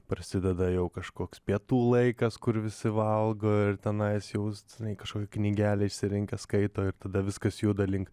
prasideda jau kažkoks pietų laikas kur visi valgo ir tenais jau žinai kažkokią knygelę išsirinkę skaito ir tada viskas juda link